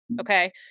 okay